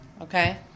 Okay